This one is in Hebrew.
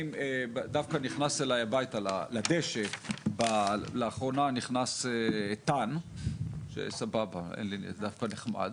לאחרונה נכנס אליי הביתה לדשא, תן דווקא נחמד.